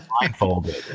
blindfolded